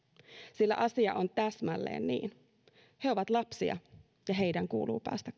sillä asia on täsmälleen niin he ovat lapsia ja heidän kuuluu päästä